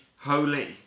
holy